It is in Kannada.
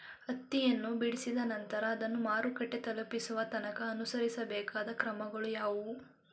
ಹತ್ತಿಯನ್ನು ಬಿಡಿಸಿದ ನಂತರ ಅದನ್ನು ಮಾರುಕಟ್ಟೆ ತಲುಪಿಸುವ ತನಕ ಅನುಸರಿಸಬೇಕಾದ ಕ್ರಮಗಳು ಯಾವುವು?